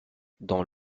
dans